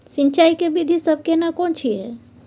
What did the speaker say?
सिंचाई के विधी सब केना कोन छिये?